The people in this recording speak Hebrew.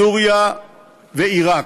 סוריה ועיראק.